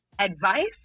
advice